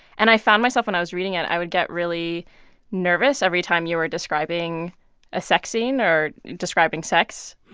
and i found myself when i was reading it, i would get really nervous every time you were describing a sex scene or describing sex.